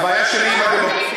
למה אתם מונעים מהם?